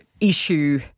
issue